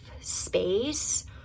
space